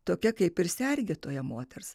tokia kaip ir sergėtoja moters